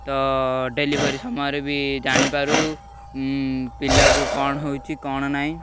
ତ ଡ଼େଲିଭରି ସମୟରେ ବି ଜାଣିପାରୁ ପିଲାକୁ କ'ଣ ହେଉଛି କ'ଣ ନାହିଁ